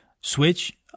switch